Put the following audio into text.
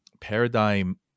paradigm